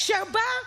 כשבא אדם,